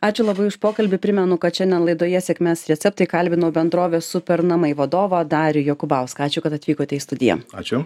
ačiū labai už pokalbį primenu kad šiandien laidoje sėkmės receptai kalbino bendrovės super namai vadovą dariui jokubauską ačiū kad atvykote į studiją ačiū